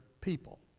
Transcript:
people